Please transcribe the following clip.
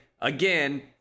Again